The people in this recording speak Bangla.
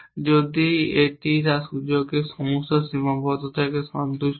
যদি এটি তার সুযোগের সমস্ত সীমাবদ্ধতাকে সন্তুষ্ট করে